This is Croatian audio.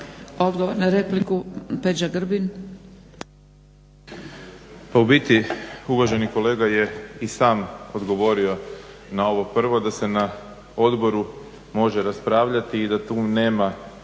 Odgovor na repliku, Peđa Grbin.